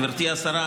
גברתי השרה,